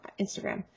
Instagram